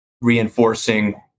reinforcing